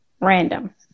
Random